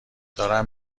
دارم